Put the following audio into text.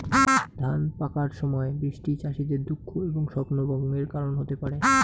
ধান পাকার সময় বৃষ্টি চাষীদের দুঃখ এবং স্বপ্নভঙ্গের কারণ হতে পারে